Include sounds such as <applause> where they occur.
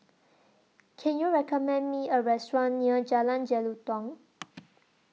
Can YOU recommend Me A Restaurant near Jalan Jelutong <noise>